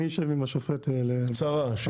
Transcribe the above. קצרה.